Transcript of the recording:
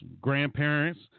grandparents